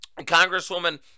Congresswoman